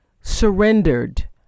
surrendered